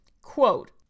Quote